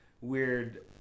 weird